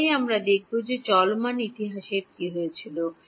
তারপরেই আমরা দেখব যে ইতিহাসের কী হয়েছিল